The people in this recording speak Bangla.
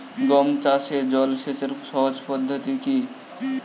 গম চাষে জল সেচের সহজ পদ্ধতি কি?